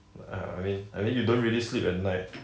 uh I mean I mean you don't really sleep at night